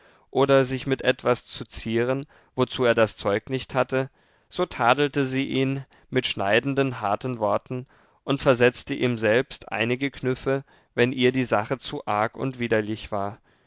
oder sich mit etwas zu zieren wozu er das zeug nicht hatte so tadelte sie ihn mit schneidenden harten worten und versetzte ihm selbst einige knüffe wenn ihr die sache zu arg und widerlich war